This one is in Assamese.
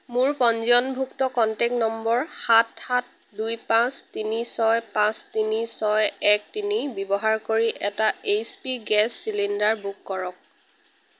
মোৰ পঞ্জীয়নভুক্ত কন্টেক্ট নম্বৰ সাত সাত দুই পাঁচ তিনি ছয় পাঁচ তিনি ছয় এক তিনি ব্যৱহাৰ কৰি এটা H P gas cylinder book কৰক